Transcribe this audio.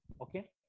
Okay